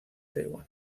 taiwan